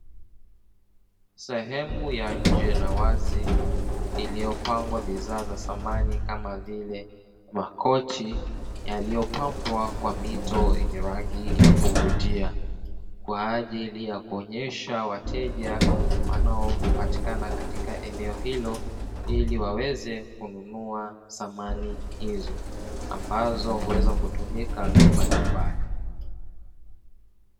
Sehemu ya nje na wazi iliyopangwa bidhaa za samani kama vile makochi yaliyopambwa kwa mito yenye rangi ya kuvutia, kwa ajili ya kuonyesha wateja wanaopatikana katika eneo hilo ili waweze kununua samani hizo; ambazo huweza kutumika majumbani.